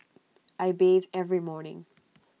I bathe every morning